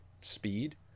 speed